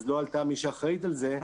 אז לא עלתה מי שאחראית על זה.